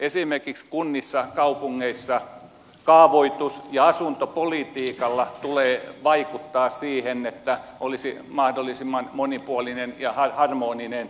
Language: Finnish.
esimerkiksi kunnissa ja kaupungeissa kaavoitus ja asuntopolitiikalla tulee vaikuttaa siihen että olisi mahdollisimman monipuolinen ja harmoninen yhdyskuntarakenne